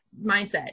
mindset